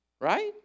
right